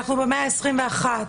אנחנו במאה העשרים ואחת,